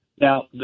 Now